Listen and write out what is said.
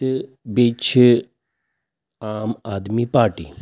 تہٕ بیٚیہِ چھِ عام آدمی پارٹی